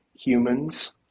humans